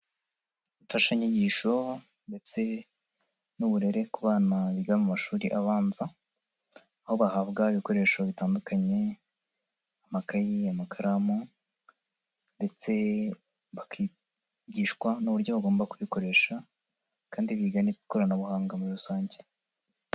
Imfashanyigisho ndetse n'uburere ku bana biga mu mashuri abanza, aho bahabwa ibikoresho bitandukanye, amakayi, amakaramu ndetse bakigishwa n'uburyo bagomba kubikoresha kandi biga n'ikoranabuhanga muri rusange.